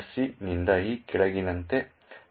c ನಿಂದ ಈ ಕೆಳಗಿನಂತೆ ಕರೆಯಲಾಗುತ್ತದೆ